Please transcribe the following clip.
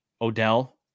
Odell